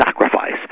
sacrifice